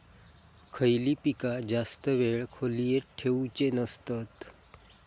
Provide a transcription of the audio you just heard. खयली पीका जास्त वेळ खोल्येत ठेवूचे नसतत?